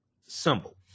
symbol